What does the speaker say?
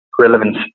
relevance